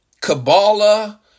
Kabbalah